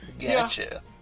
Gotcha